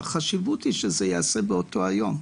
החשיבות היא שזה ייעשה באותו היום.